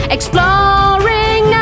Exploring